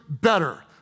better